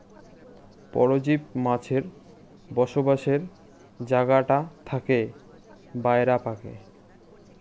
পরজীব মাছের বসবাসের জাগাটা থাকে বায়রা পাকে